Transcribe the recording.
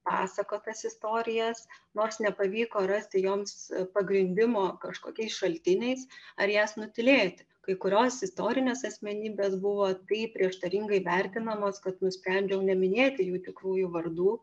pasakotas istorijas nors nepavyko rasti joms pagrindimo kažkokiais šaltiniais ar jas nutylėti kai kurios istorinės asmenybės buvo taip prieštaringai vertinamos kad nusprendžiau neminėti jų tikrųjų vardų